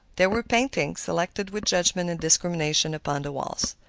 there were paintings, selected with judgment and discrimination, upon the walls.